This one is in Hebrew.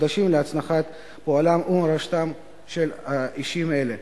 מוקדשים להנצחת פועלם ומורשתם של אישים אלה.